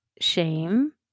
shame